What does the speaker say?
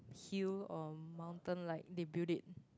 hill or mountain like they built it